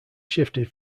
shifted